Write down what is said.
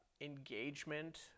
engagement